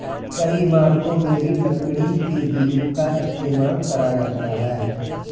कई इमारतों में भी लकड़ी के बीम का इस्तेमाल करा जाता है